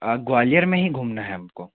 ग्वालियर में ही घूमना है हमको